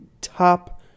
top